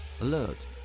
Alert